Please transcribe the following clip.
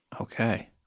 okay